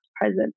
present